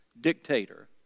dictator